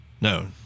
no